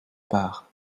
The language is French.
part